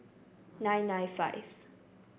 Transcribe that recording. nine nine five